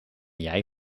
jij